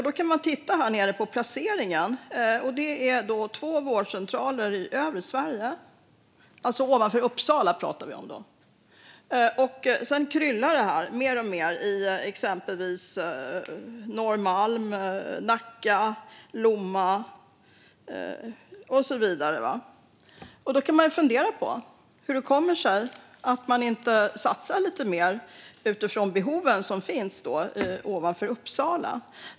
Då kan vi titta på placeringen. Det är två vårdcentraler i övre Sverige. Ovanför Uppsala pratar vi om då. Sedan kryllar det mer och mer exempelvis på Norrmalm och i Nacka, Lomma och så vidare. Då kan vi fundera på hur det kommer sig att man inte satsar lite mer utifrån behoven som finns ovanför Uppsala.